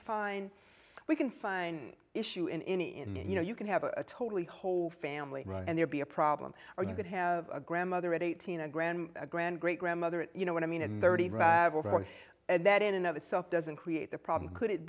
find we can find issue in any you know you can have a totally whole family and there be a problem or you could have a grandmother at eighteen a grand a grand great grandmother you know what i mean and thirty and that in and of itself doesn't create the problem could it